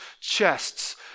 chests